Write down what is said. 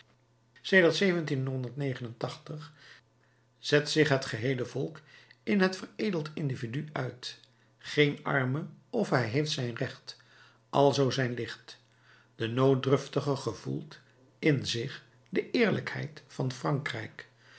zet zich het geheele volk in het veredeld individu uit geen arme of hij heeft zijn recht alzoo zijn licht de nooddruftige gevoelt in zich de eerlijkheid van frankrijk